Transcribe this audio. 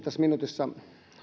tässä minuutissa